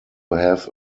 have